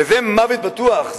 וזה מוות בטוח,